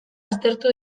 aztertu